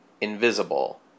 invisible